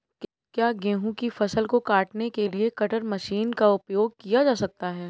क्या गेहूँ की फसल को काटने के लिए कटर मशीन का उपयोग किया जा सकता है?